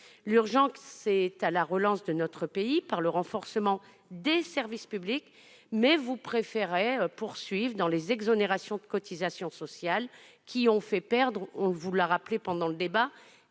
L'urgence est à la relance de notre pays par le renforcement des services publics, mais vous préférez poursuivre dans la voie des exonérations de cotisations sociales, qui ont fait perdre 90 milliards d'euros à la